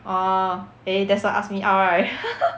orh eh that's why ask me out right